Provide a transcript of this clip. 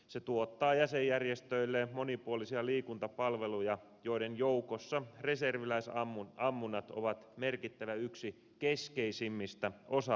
se tuottaa jäsenjärjestöilleen monipuolisia liikuntapalveluja joiden joukossa reserviläisammunnat ovat merkittävä yksi keskeisimmistä osa alueista